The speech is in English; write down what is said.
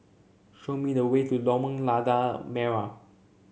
show me the way to Lorong Lada Merah